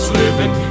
living